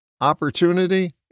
Opportunity